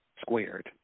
squared